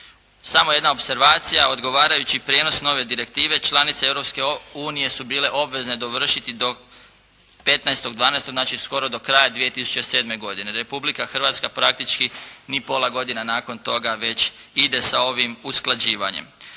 Samo jedna opservacija, odgovarajući prijenos nove direktive članice Europske unije su bile dužne dovršiti do 15. 12. znači do kraja 2007. godine. Republika Hrvatska praktički ni pola godine nakon toga već ide sa ovim usklađivanjem.